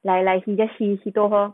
like like she just see she told her